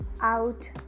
out